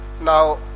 now